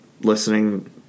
listening